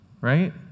right